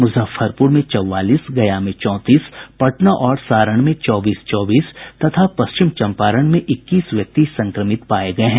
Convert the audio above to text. मुजफ्फरपुर में चौवालीस गया में चौंतीस पटना और सारण में चौबीस चौबीस तथा पश्चिम चंपारण में इक्कीस व्यक्ति संक्रमित पाए गए हैं